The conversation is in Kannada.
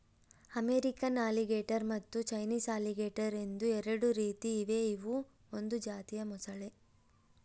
ಅಮೇರಿಕನ್ ಅಲಿಗೇಟರ್ ಮತ್ತು ಚೈನೀಸ್ ಅಲಿಗೇಟರ್ ಎಂದು ಎರಡು ರೀತಿ ಇವೆ ಇವು ಒಂದು ಜಾತಿಯ ಮೊಸಳೆ